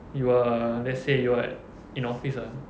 you are let's say you are in office ah